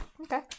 Okay